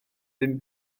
ddim